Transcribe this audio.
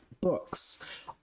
books